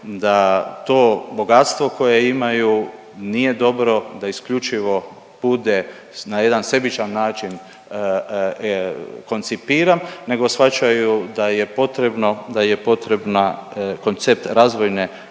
da to bogatstvo koje imaju nije dobro da isključivo bude na jedan sebičan način koncipiran nego shvaćaju da je potrebno, da je